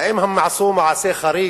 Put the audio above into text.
האם הם עשו מעשה חריג,